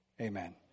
Amen